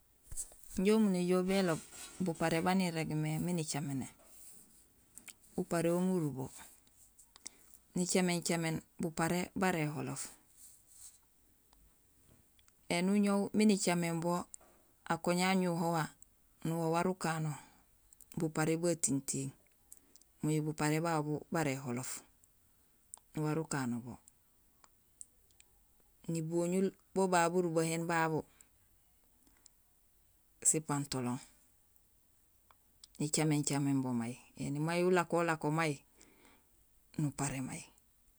Injé umu néjool béloob buparé baan irégmé nicaméné; uparéhoom urubo: nicaméén caméén buparé bara éholoof; éni uñoow miin icaméén bo, akoña añuhoha nuwaar ukano buparé ba tintiiŋ moy buparé babu bara éholoof, nuwaar ukano bo, niboñul bo babu burubahéén babu; sipantelon, nicaméén caméén bo may éni may ulako ulako may nuparé may.